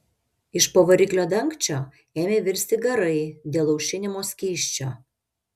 iš po variklio dangčio ėmė virsti garai dėl aušinimo skysčio